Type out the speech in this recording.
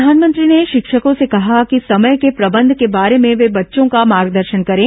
प्रधानमंत्री ने शिक्षकों से कहा कि समय के प्रबंध के बारे में वे बच्चों का मार्गदर्शन करें